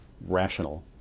rational